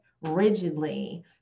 rigidly